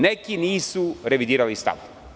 Neki nisu revidirali stav.